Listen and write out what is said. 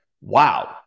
Wow